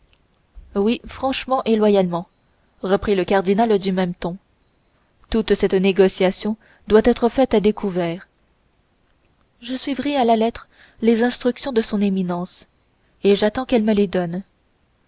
duplicité oui franchement et loyalement reprit le cardinal du même ton toute cette négociation doit être faite à découvert je suivrai à la lettre les instructions de son éminence et j'attends qu'elle me les donne